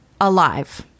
alive